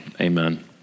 amen